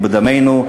הוא בדמנו,